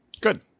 Good